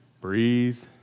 breathe